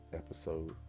episode